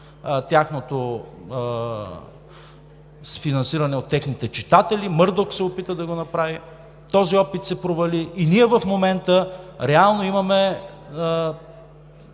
през финансирането им от техните читатели – Мърдок се опита да го направи, този опит се провали. И ние в момента реално имаме